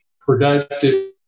productive